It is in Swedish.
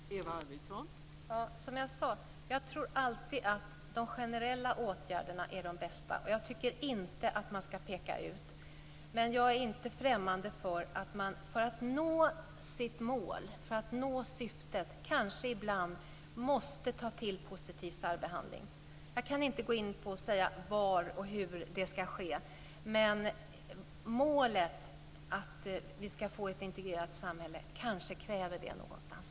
Fru talman! Som jag sade tror jag att de generella åtgärderna är de bästa. Jag tycker inte att man ska peka ut vissa, men jag är inte främmande för att att man kanske för att nå sitt syfte ibland måste ta till positiv särbehandling. Jag kan inte säga var och hur det ska ske, men målet att få ett integrerat samhälle kräver kanske detta någonstans.